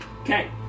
Okay